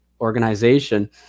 organization